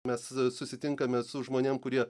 mes susitinkame su žmonėm kurie